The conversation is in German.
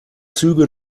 züge